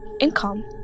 income